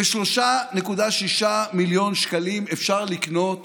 ב-3.6 מיליון שקלים אפשר לקנות